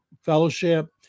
Fellowship